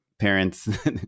parents